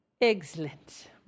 excellent